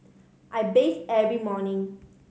I bathe every morning